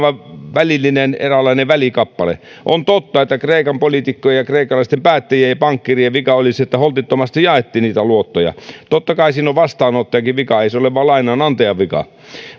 välillinen eräänlainen välikappale on totta että kreikan poliitikkojen ja kreikkalaisten päättäjien ja pankkiirien vika oli se että holtittomasti jaettiin luottoja totta kai siinä on vastaanottajankin vika ei se ole vain lainanantajan vika